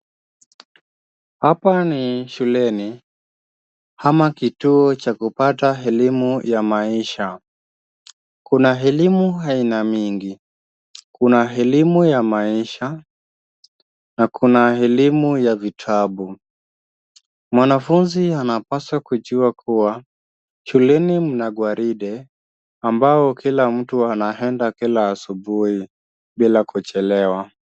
Hapa ni shuleni ama kituo cha kupata elimu ya maisha, kuna elimu aina mingi, kuna elimu ya maisha na kuna elimu ya vitabu. Mwanafunzi anapaswa kujua kuwa shuleni kuna gwaride, ambao kila mtu anaenda kila asubuhi bila kuchelewa.